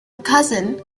cousin